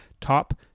Top